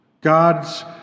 God's